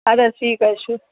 اَدٕ حظ ٹھیٖک حظ چھُ